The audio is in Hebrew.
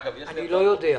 אני לא יודע.